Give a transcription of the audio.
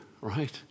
right